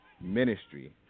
ministry